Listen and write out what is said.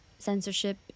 censorship